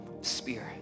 Spirit